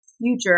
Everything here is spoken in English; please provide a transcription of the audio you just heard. future